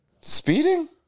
speeding